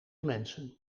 mensen